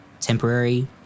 temporary